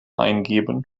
eingeben